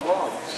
הוא רב.